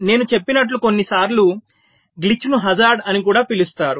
నేను చెప్పినట్లు కొన్నిసార్లు గ్లిచ్ ను హజార్డ్ అని కూడా పిలుస్తారు